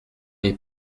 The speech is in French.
les